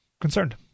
concerned